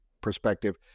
perspective